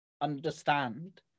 understand